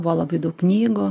buvo labai daug knygų